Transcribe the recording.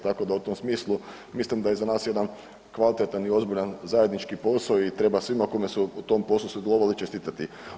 Tako da u tom smislu mislim da je iza nas jedan kvalitetan i ozbiljan zajednički posao i treba svima koji su u tom poslu sudjelovali čestitati.